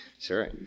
Sure